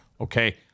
Okay